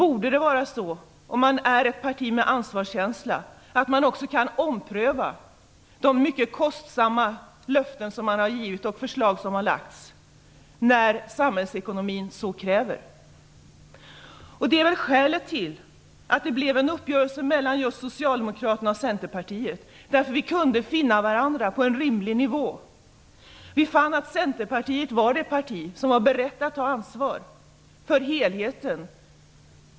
Om man har ansvarskänsla i partiet borde man också kunna ompröva de mycket kostsamma löften man givit och de förslag som lagts fram när samhällsekonomin så kräver. Det är skälet till att det blev en uppgörelse mellan just Socialdemokraterna och Centerpartiet. Vi kunde finna varandra på en rimlig nivå. Vi fann att Centerpartiet var det parti som var berett att ta ansvar för helheten.